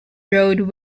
road